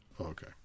Okay